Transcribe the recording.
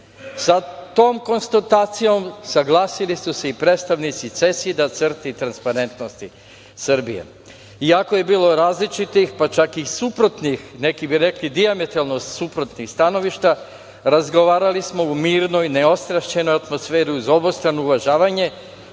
Sa tom konstatacijom saglasili su se i predstavnici CESID-a, CRTE i "Transparentnosti Srbije". Iako je bilo različitih, pa čak i suprotnih, neki bi rekli dijametralno suprotnih stanovišta, razgovarali smo u mirnoj, neostrašćenoj atmosferi, uz obostrano uvažavanje,